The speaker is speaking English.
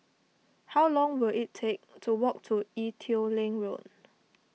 how long will it take to walk to Ee Teow Leng Road